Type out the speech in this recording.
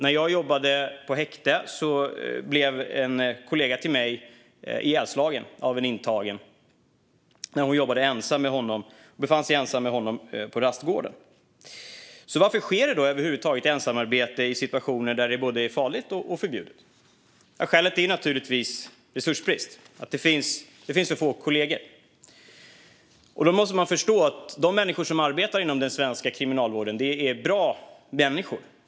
När jag jobbade på häkte blev en kollega till mig ihjälslagen av en intagen när hon befann sig ensam med honom på rastgården. Varför sker det över huvud taget ensamarbete i situationer där det är både farligt och förbjudet? Skälet är naturligtvis resursbrist. Det finns för få kollegor. Då måste man förstå att de människor som arbetar inom den svenska kriminalvården är bra människor.